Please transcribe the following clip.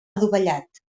adovellat